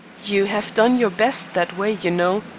you have done your best that way, you know.